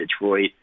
Detroit